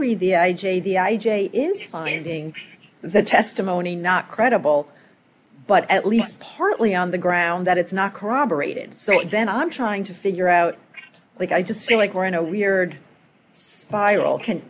a is finding the testimony not credible but at least partly on the ground that it's not corroborated so then i'm trying to figure out like i just feel like we're in a weird so viral can